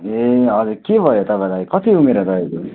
ए हजुर के भयो होला तपाईँलाई कति उमेर हो तपाईँको